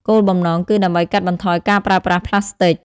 គោលបំណងគឺដើម្បីកាត់បន្ថយការប្រើប្រាស់ប្លាស្ទិក។